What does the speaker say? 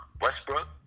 Westbrook